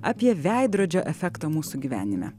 apie veidrodžio efektą mūsų gyvenime